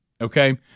Okay